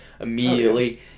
Immediately